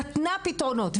נתנה פתרונות.